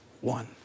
one